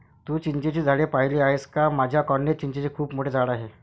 तू चिंचेची झाडे पाहिली आहेस का माझ्या कॉलनीत चिंचेचे खूप मोठे झाड आहे